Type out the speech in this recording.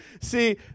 See